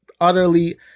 utterly